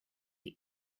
die